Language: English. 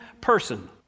person